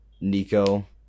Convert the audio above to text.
Nico